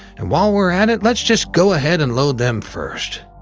and while we're at it, let's just go ahead and load them first.